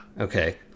Okay